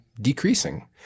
decreasing